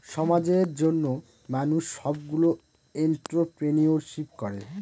সমাজের জন্য মানুষ সবগুলো এন্ট্রপ্রেনিউরশিপ করে